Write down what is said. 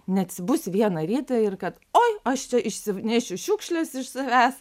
neatsibusi vieną rytą ir kad oi aš čia išsinešiu šiukšles iš savęs